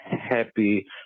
happy